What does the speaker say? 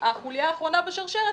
החוליה האחרונה בשרשרת,